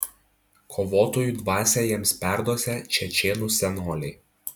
kovotojų dvasią jiems perduosią čečėnų senoliai